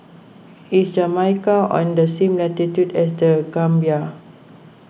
is Jamaica on the same latitude as the Gambia